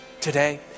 today